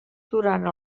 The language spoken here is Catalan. durant